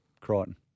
Crichton